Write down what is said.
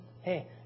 Hey